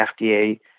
FDA